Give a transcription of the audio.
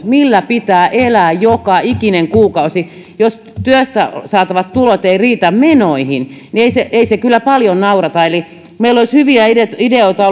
millä pitää elää joka ikinen kuukausi jos työstä saatavat tulot eivät riitä menoihin niin ei se ei se kyllä paljon naurata meillä perussuomalaisilla olisi ollut hyviä ideoita